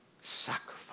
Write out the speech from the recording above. sacrifice